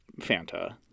Fanta